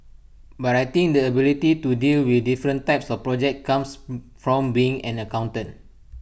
but I think the ability to deal with different types of projects comes from being an accountant